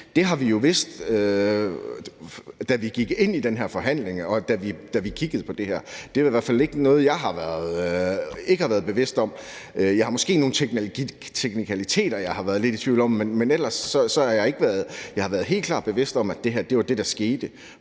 det har vi jo vidst, da vi gik ind i den her forhandling, og da vi kiggede på det her. Det er i hvert fald ikke noget, jeg ikke har været bevidst om. Der er måske nogle teknikaliteter, jeg har været lidt i tvivl om, men ellers har jeg været helt bevidst om, at det var det her, der skete.